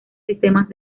sistemas